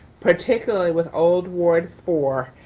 particularly with old ward four.